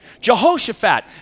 Jehoshaphat